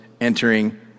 entering